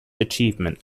achievement